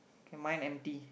okay mine empty